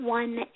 one